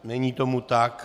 Není tomu tak.